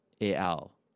Al